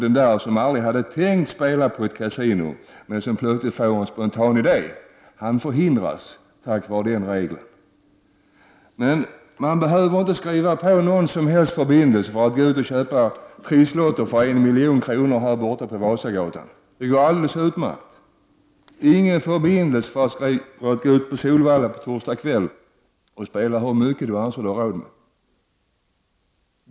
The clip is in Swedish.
Den person som aldrig hade tänkt spela på ett kasino men som plötsligt får en spontan idé, förhindras tack vare den regeln. Man behöver inte skriva på någon som helst förbindelse för att gå ut och köpa trisslotter för 1 milj.kr. här på Vasagatan. Det går alldeles utmärkt. Det behövs inte heller någon förbindelse för att gå ut på Solvalla på torsdag kväll och spela för så mycket man anser sig ha råd med.